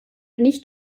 nicht